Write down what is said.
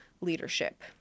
leadership